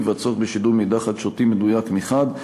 והצורך בשידור מידע חדשותי מדויק מחד גיסא,